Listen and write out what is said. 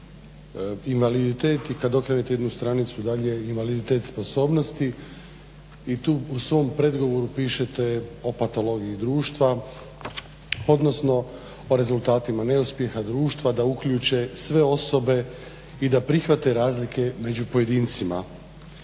Invaliditet i kad okrenete jednu stranicu dalje Invaliditet i sposobnosti i tu u svom predgovoru pišete o patologiji društva, odnosno o rezultatima neuspjeha društva da uključe sve osobe i da prihvate razlike među pojedincima.